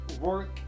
work